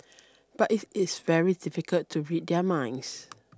but it is very difficult to read their minds